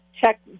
check